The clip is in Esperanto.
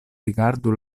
rigardu